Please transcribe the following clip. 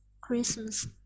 Christmas